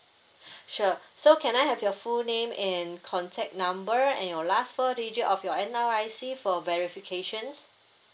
sure so can I have your full name and contact number and your last four digit of your N_R_I_C for verification